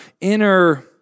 inner